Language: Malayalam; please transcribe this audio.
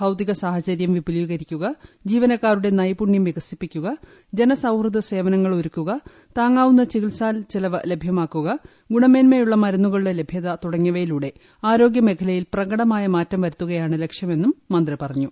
ഭൌതിക സാഹചര്യം വിപുലീകരിക്കുക ജീവനക്കാരുടെ നൈപുണ്യം വികസിപ്പിക്കുക ജനസൌഹൃദ സേവനങ്ങൾ ഒരുക്കുക താങ്ങാവുന്ന ചികിത്സാ ചെലവ് ലഭ്യമാക്കുക ഗുണമേന്മയുള്ള മരുന്നുകളുടെ ലഭ്യത തുടങ്ങിയവയിലൂടെ ആരോഗ്യ മേഖലയിൽ പ്രകടമായ മാറ്റം വരുത്തുകയാണ് ലക്ഷ്യമെന്നും മന്ത്രി പറഞ്ഞു